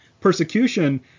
persecution